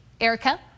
Erica